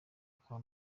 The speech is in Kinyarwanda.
kwa